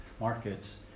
markets